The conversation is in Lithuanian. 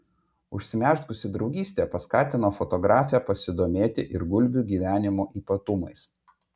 užsimezgusi draugystė paskatino fotografę pasidomėti ir gulbių gyvenimo ypatumais